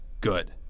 Good